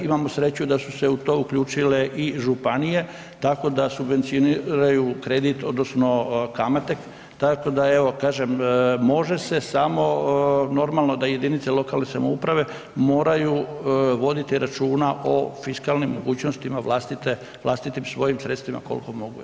Imamo sreću da su se u to uključile i županije tako da subvencioniraju kredit odnosno kamate, tako da evo, kažem, može se samo normalno da jedinice lokalne samouprave moraju voditi računa o fiskalnim mogućnostima vlastitim svojim sredstvima koliko mogu, jel.